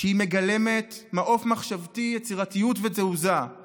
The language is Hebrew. היא מגלמת מעוף מחשבתי, יצירתיות ותעוזה היא